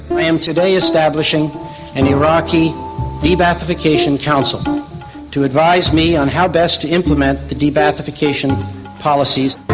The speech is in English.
i am today establishing an iraqi de-ba'athification council to advise me on how best to implement the de-ba'athification policies.